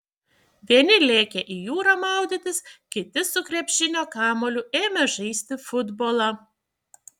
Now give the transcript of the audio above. vieni lėkė į jūrą maudytis kiti su krepšinio kamuoliu ėmė žaisti futbolą